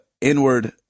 inward